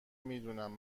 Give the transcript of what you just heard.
میدونم